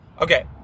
okay